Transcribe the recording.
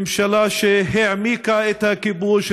ממשלה שהעמיקה את הכיבוש,